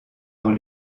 dans